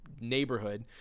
neighborhood